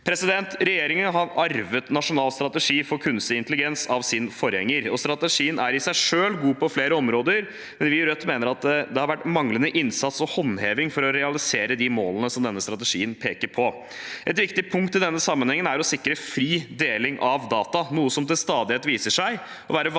med dette. Regjeringen har arvet nasjonal strategi for kunstig intelligens av sin forgjenger. Strategien er i seg selv god på flere områder, men vi i Rødt mener at det har vært manglende innsats og håndheving for å realisere de målene som strategien peker på. Et viktig punkt i denne sammenhengen er å sikre fri deling av data, noe som til stadighet viser seg å være vanskelig